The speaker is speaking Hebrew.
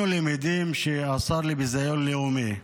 אנחנו למדים שהשר לביזיון לאומי,